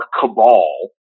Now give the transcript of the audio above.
cabal